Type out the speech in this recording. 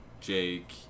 Jake